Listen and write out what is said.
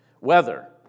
Weather